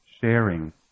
sharing